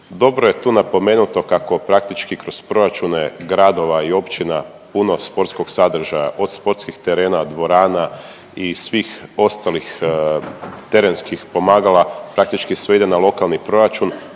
Dobro je tu napomenuto kako praktički kroz proračune gradova i općina puno sportskog sadržaja od sportskih terena, dvorana i svih ostalih terenskih pomagala praktički sve ide na lokalni proračun